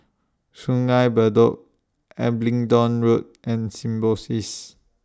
Sungei Bedok Abingdon Road and Symbiosis